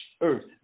earth